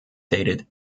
dated